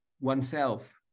oneself